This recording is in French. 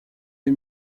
des